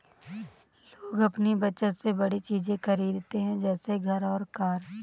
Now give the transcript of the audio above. लोग अपनी बचत से बड़ी चीज़े खरीदते है जैसे घर और कार